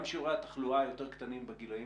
גם שיעורי התחלואה היותר קטנים בגילאים